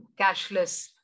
cashless